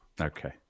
Okay